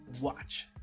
Watch